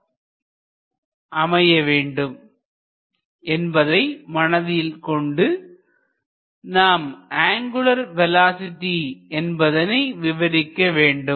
எனவே இவ்வாறு ஒரு பொதுப்படையான அமைப்பு பற்றிய விளக்கம் அமைய வேண்டும் என்பதை மனதில் கொண்டு நாம் அங்குலர் வேலோஸிட்டி என்பதனை விவரிக்க வேண்டும்